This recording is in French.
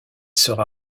sera